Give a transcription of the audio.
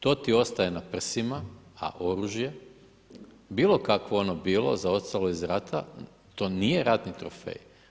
To ti ostaje na prsima, a oružje bilo kakvo ono bilo zaostalo iz rata, to nije ratni trofej.